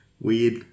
Weird